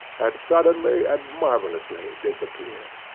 had suddenly and marvellously disappeared.